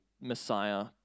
Messiah